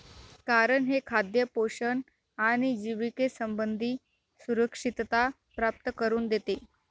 कारण हे खाद्य पोषण आणि जिविके संबंधी सुरक्षितता प्राप्त करून देते